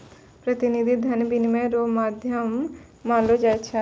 प्रतिनिधि धन के विनिमय रो माध्यम मानलो जाय छै